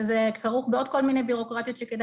זה כרוך בעוד כל מיני בירוקרטיות שכדאי